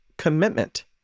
commitment